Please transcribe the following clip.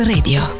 Radio